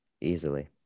Easily